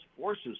forces